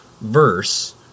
verse